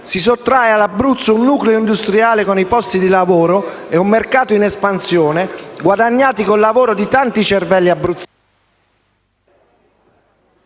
Si sottrae all'Abruzzo un nucleo industriale con i suoi posti di lavoro e un mercato in espansione guadagnati con il lavoro di tanti cervelli abruzzesi